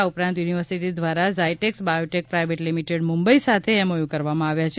આ ઉપરાંત યુનિવર્સિટી દ્વારા ઝાયટેક્સ બાયોટેક પ્રાઇવેટ લીમીટેડ મ્રંબઈ સાથે એમોયું કરવામાં આવ્યા છે